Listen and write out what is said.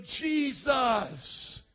Jesus